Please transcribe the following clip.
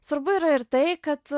svarbu yra ir tai kad